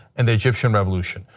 and the egyptian revolution.